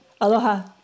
Aloha